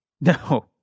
No